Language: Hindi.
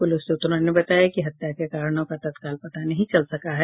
पुलिस सूत्रों ने बताया कि हत्या के कारणों का तत्काल पता नहीं चल सका है